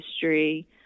history